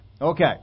Okay